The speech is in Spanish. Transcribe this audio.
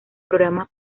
programas